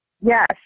Yes